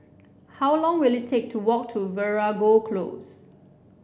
how long will it take to walk to Veeragoo Close